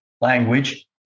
language